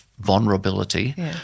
vulnerability